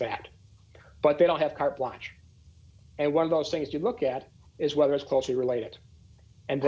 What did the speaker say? fact but they don't have carte blanche and one of those things you look at is whether it's closely related and